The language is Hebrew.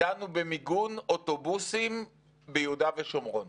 דנו במיגון אוטובוסים ביהודה ושומרון